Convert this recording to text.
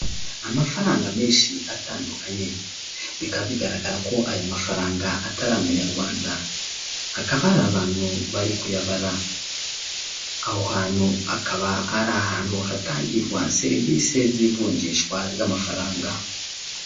Amafaranga menshi atandukanye bikaba bigaragara ko aya mafaranga atari amanyarwanda hakaba hari abantu bari kuyabara aho hantu hakaba hari ahantu hatangirwa serivisi z'ivunjishwa ry'amafaranga.